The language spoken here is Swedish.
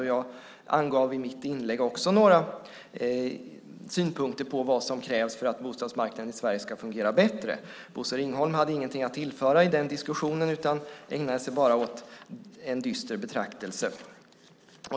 Och jag angav också i mitt inlägg några synpunkter på vad som krävs för att bostadsmarknaden i Sverige ska fungera bättre. Bosse Ringholm hade ingenting att tillföra i den diskussionen, utan ägnade sig bara åt en dyster betraktelse.